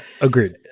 agreed